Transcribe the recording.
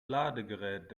ladegerät